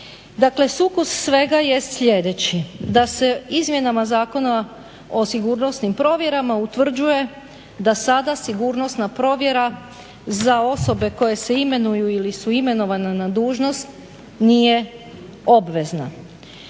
Dakle sukus svega je sljedeći, da se izmjenama Zakona o sigurnosnim provjerama utvrđuje da sada sigurnosna provjera za osobe koje se imenuju ili su imenovane na dužnost nije obvezna.